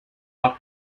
are